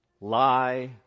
Lie